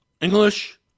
English